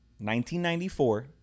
1994